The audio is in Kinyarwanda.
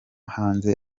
hanze